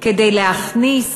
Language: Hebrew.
כדי להכניס